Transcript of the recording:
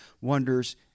wonders